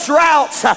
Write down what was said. routes